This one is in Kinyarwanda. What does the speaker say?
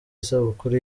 isabukuru